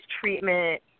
treatment